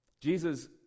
Jesus